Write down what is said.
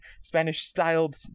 Spanish-styled